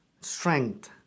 strength